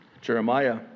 Jeremiah